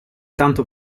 tanto